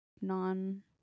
non